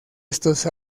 estos